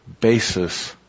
basis